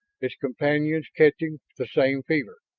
its companions catching the same fever,